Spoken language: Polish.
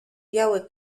biały